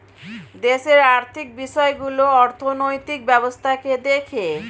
দেশের আর্থিক বিষয়গুলো অর্থনৈতিক ব্যবস্থাকে দেখে